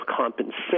compensation